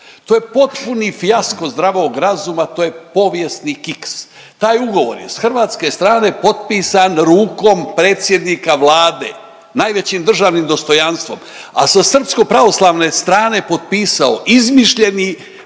To je potpuni fijasko zdravog razuma, to je povijesni kiks. Taj ugovor je s hrvatske strane potpisan rukom predsjednika Vlade, najvećim državnim dostojanstvom, a sa srpsko-pravoslavne strane je potpisao izmišljeni